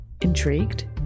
Intrigued